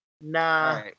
Nah